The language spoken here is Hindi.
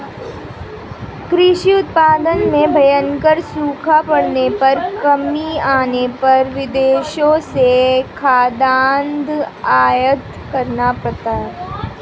कृषि उत्पादन में भयंकर सूखा पड़ने पर कमी आने पर विदेशों से खाद्यान्न आयात करना पड़ता है